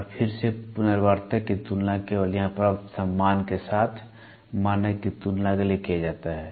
और फिर से मैं पुनरावर्तक की तुलना केवल यहाँ प्राप्त सम्मान के साथ मानक की तुलना के लिए किया जाता है